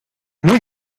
muy